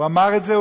הוא אמר את זה.